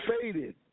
faded